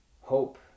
hope